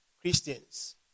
Christians